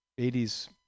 80s